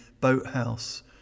Boathouse